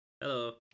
Hello